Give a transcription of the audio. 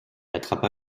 attrapa